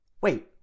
Wait